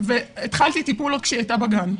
התחלתי טיפול כשהיא עוד הייתה בגן.